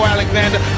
Alexander